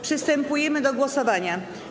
Przystępujemy do głosowania.